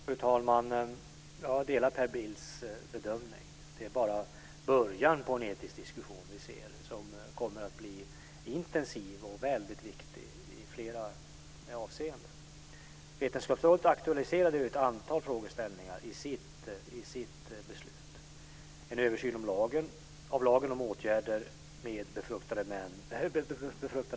Fru talman! Jag delar Per Bills bedömning. Det är bara början på en etisk diskussion vi ser. Den kommer att bli intensiv och väldigt viktig i flera avseenden. Vetenskapsrådet aktualiserade ett antal frågeställningar i sitt beslut: En översyn av lagen om åtgärder med befruktade ägg från människa.